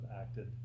acted